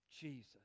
Jesus